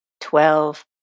twelve